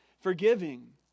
forgiving